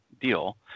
deal